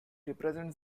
represents